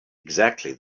exactly